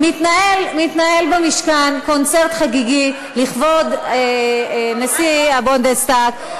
יש במשכן קונצרט חגיגי לכבוד נשיא הבונדסטאג,